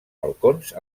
balcons